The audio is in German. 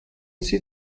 sie